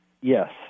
Yes